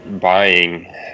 buying